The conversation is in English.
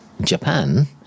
Japan